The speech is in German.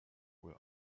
wohl